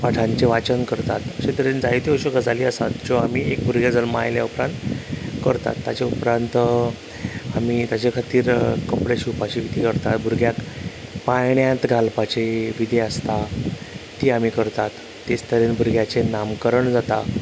पाठांचे वाचन करतात अशें तरेन जायत्यो अश्यो गजाली आसात ज्यो आमी एक भुरगें जल्मा आयलें उपरांत करतात आनी ताचें उपरांत आमी ताचे खातीर कपडे शिवपाची विधी करता भुरग्याक पायण्यांत घालपाची विधी आसता तीं आमी करतात तेंच तरेन भुरग्याचे नाम करण जाता